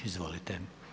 Izvolite.